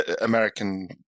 American